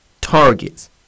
targets